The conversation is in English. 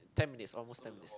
ten minutes almost ten minutes